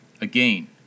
Again